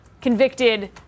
convicted